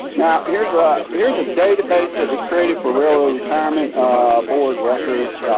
now here's ah here's a database that was created for railroad retirement board records.